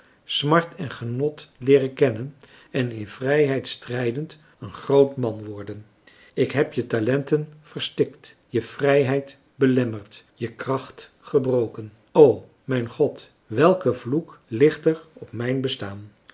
smart en genot leeren kennen en in vrijheid strijdend een groot man worden ik heb je talenten verstikt je vrijheid belemmerd je marcellus emants een drietal novellen kracht gebroken o mijn god welke vloek ligt er op mijn bestaan